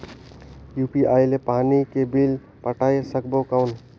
UPI ले पानी के बिल पटाय सकबो कौन?